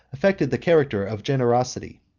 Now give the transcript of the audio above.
affected the character of generosity.